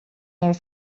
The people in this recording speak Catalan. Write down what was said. molt